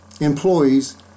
Employees